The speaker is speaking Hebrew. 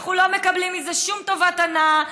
אנחנו לא מקבלים מזה שום טובת הנאה,